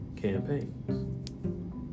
campaigns